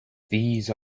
these